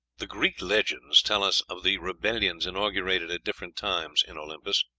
the greek legends tell us of the rebellions inaugurated at different times in olympus.